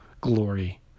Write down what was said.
glory